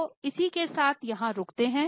तो इस के साथ यहाँ रुकते हैं